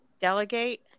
Delegate